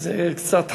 זה קצת חריג,